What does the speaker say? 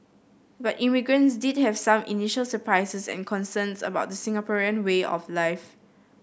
but immigrants did have some initial surprises and concerns about the Singaporean way of life